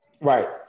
Right